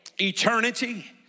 Eternity